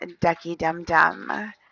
ducky-dum-dum